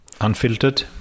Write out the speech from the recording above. Unfiltered